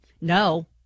No